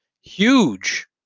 Huge